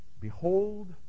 behold